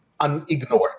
unignored